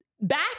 back